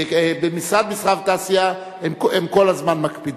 במשרד המסחר והתעשייה הם כל הזמן מקפידים,